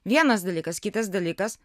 vienas dalykas kitas dalykas